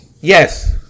yes